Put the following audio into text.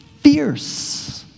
fierce